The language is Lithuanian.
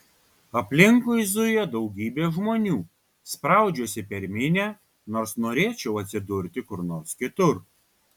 aplinkui zuja daugybė žmonių spraudžiuosi per minią nors norėčiau atsidurti kur nors kitur